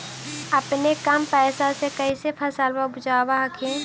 अपने कम पैसा से कैसे फसलबा उपजाब हखिन?